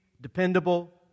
dependable